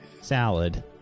salad